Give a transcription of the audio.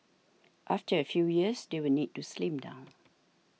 after a few years they will need to slim down